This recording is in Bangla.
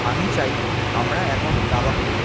আমি চাই আমরা এখন দাবা খেলি